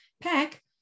pack